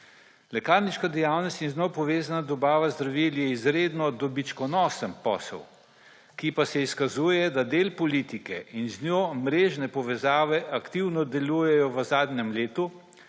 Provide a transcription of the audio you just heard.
Lekarniška dejavnost in z njo povezana dobava zdravil je izredno dobičkonosen posel, ki pa se izkazuje, da del politike in z njo mrežne povezave aktivno delujejo v zadnjem letu,